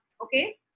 Okay